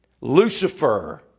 Lucifer